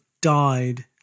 died